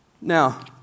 Now